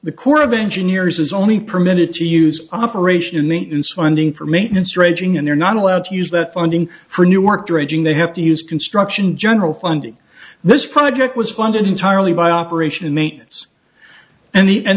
the corps of engineers is only permitted to use operation and maintenance funding for maintenance raging and they're not allowed to use that funding for new work dredging they have to use construction general funding this project was funded entirely by operation and